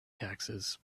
taxes